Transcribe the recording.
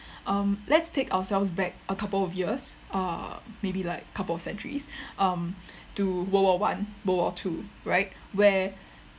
um let's take ourselves back a couple of years uh maybe like a couple of centuries um to world war one world war two right where